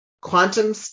Quantum